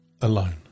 alone